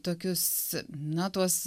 tokius na tuos